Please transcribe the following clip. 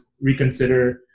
reconsider